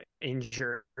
injured